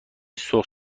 سرخ